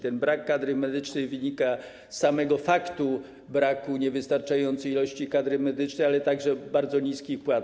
Ten brak kadry medycznej wynika z samego faktu niewystarczającej ilości kadry medycznej, ale z także bardzo niskich płac.